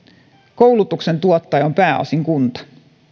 koulutuksen tuottaja on pääosin kunta